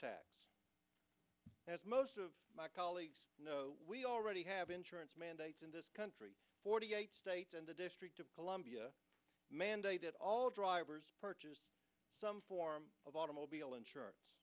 as most of my colleagues know we already have insurance mandates in this country forty eight states and the district of columbia mandate that all drivers purchase some form of automobile insurance